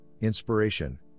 inspiration